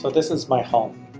so this is my home.